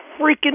freaking